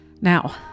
Now